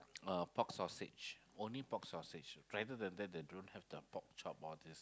uh pork sausage only pork sausage other than that they don't have the pork chop all these